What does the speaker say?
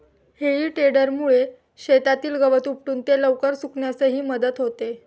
हेई टेडरमुळे शेतातील गवत उपटून ते लवकर सुकण्यासही मदत होते